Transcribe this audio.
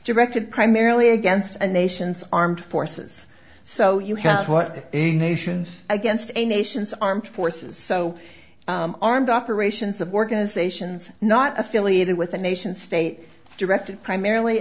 directed primarily against a nation's armed forces so you have what a nation's against a nation's armed forces so armed operations of organizations not affiliated with a nation state directed primarily